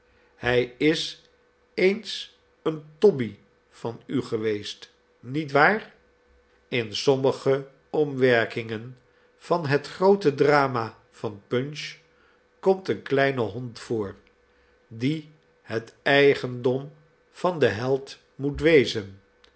hij is eens een toby van u geweest niet waar in sommige omwerkingen van het groote drama van punch komt een kleine hond voor die het eigendom van den held moet wezen